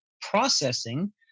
processing